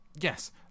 Yes